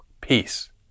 peace